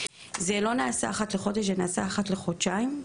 זה לא נעשה אחת לחודש אלא אחת לחודשיים.